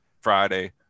Friday